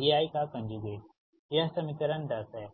jQiVi यह समीकरण 10 है